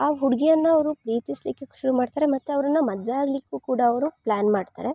ಆ ಹುಡುಗಿಯನ್ನ ಅವರು ಪ್ರೀತಿಸಲಿಕ್ಕೆ ಶುರು ಮಾಡ್ತಾರೆ ಮತ್ತು ಅವರನ್ನ ಮದುವೆ ಆಗಲಿಕ್ಕು ಕೂಡ ಅವರು ಪ್ಲಾನ್ ಮಾಡ್ತಾರೆ